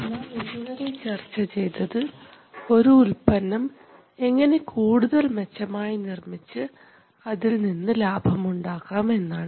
നാം ഇതുവരെ ചർച്ച ചെയ്തത് ഒരു ഉൽപ്പന്നം എങ്ങനെ കൂടുതൽ മെച്ചമായി നിർമ്മിച്ചു അതിൽനിന്ന് ലാഭമുണ്ടാക്കാം എന്നാണ്